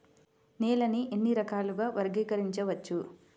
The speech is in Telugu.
నేలని ఎన్ని రకాలుగా వర్గీకరించవచ్చు?